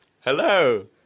Hello